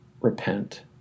repent